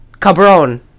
Cabron